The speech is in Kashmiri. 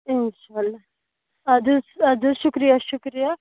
اِنشاء اللہ ادٕ حَظ ادٕ حَظ شُکریہ شُکریہ